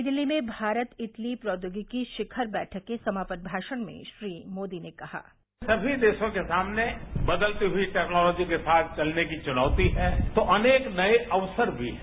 नई दिल्ली में भारत इटली प्रौद्योगिकी शिखर बैठक के समापन भाषण में श्री मोदी ने कहा सभी देरों के सामने बदलती हुई टेक्नोलॉजी के साथ वलने की बुनौती है तो अनेक नये अवसर भी है